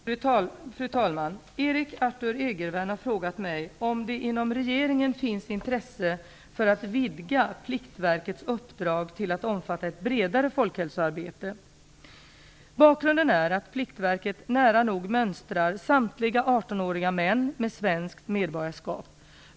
Fru talman! Erik Arthur Egervärn har frågat mig om det inom regeringen finns intresse för att vidga Pliktverkets uppdrag till att omfatta ett bredare folkhälsoarbete. Bakgrunden är den att Pliktverket mönstrar nära nog samtliga 18-åriga män med svenskt medborgarskap.